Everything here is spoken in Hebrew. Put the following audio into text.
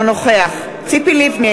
אינו נוכח ציפי לבני,